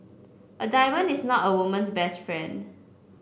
a diamond is not a woman's best friend